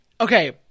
Okay